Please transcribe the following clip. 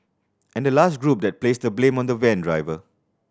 and the last group that placed the blame on the van driver